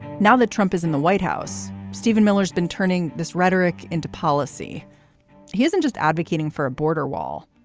now that trump is in the white house, stephen miller has been turning this rhetoric into policy he isn't just advocating for a border wall,